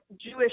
Jewish